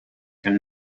can